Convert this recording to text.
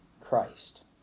Christ